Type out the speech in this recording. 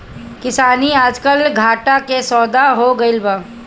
किसानी आजकल घाटा के सौदा हो गइल बा